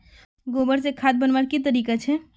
गोबर से खाद बनवार की तरीका छे?